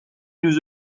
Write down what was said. nous